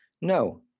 no